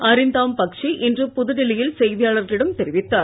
அரிந்தாம்பக்சிஇன்றுபுதுடெல்லியில்செய்தியாளர்களிடம்தெரிவித்தார்